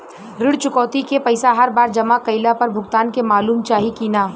ऋण चुकौती के पैसा हर बार जमा कईला पर भुगतान के मालूम चाही की ना?